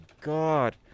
God